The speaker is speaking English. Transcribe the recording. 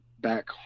back